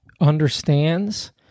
understands